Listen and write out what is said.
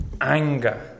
Anger